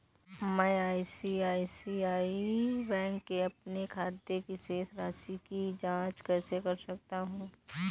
मैं ICICI bank के अपने खाते की शेष राशि की जाँच कैसे कर सकता हूँ?